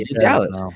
Dallas